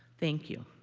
thank you.